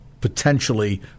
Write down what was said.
potentially